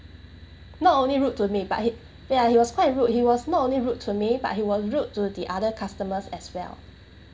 not only rude to me but he ya he was quite rude he was not only rude to me but he was rude to the other customers as well